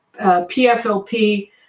PFLP